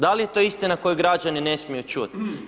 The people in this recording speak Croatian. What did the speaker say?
Da li je to istina koju građani ne smiju čuti?